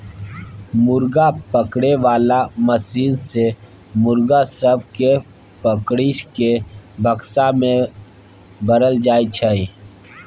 मुर्गा पकड़े बाला मशीन सँ मुर्गा सब केँ पकड़ि केँ बक्सा मे भरल जाई छै